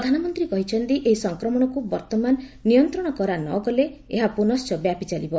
ପ୍ରଧାନମନ୍ତ୍ରୀ କହିଛନ୍ତି ଏହି ସଂକ୍ରମଣକୁ ବର୍ତ୍ତମାନ ନିୟନ୍ତ୍ରଣ କରାନଗଲେ ଏହା ପୁନଶ୍ଚ ବ୍ୟାପିଚାଲିବ